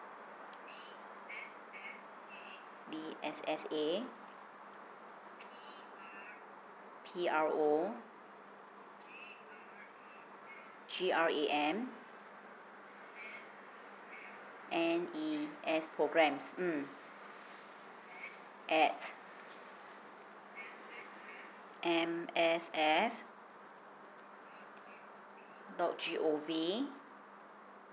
D S S A P R O G R A M M E S programmes mm at M S F dot G O V